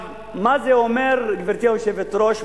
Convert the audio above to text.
מה זה אומר, גברתי היושבת-ראש?